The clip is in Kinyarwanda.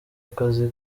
akazi